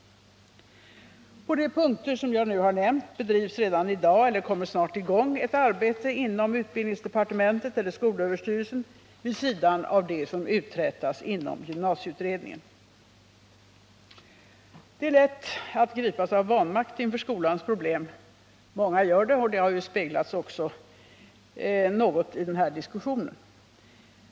På de punkter som jag nu har nämnt bedrivs redan i dag eller kommer snart i gång ett arbete inom utbildningsdepartementet eller skolöverstyrelsen vid sidan av det som uträttas inom gymnasieutredningen. Det är lätt att gripas av vanmakt inför skolans problem. Många gör det, vilket också i någon mån avspeglats i den här diskussionen.